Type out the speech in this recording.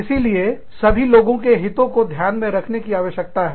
इसीलिए सभी लोगों के हितों को ध्यान में रखने की आवश्यकता है